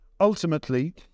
Ultimately